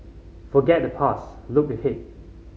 forget the past look ahead